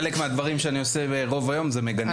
חלק מהדברים אני עושה רוב היום זה מגנה.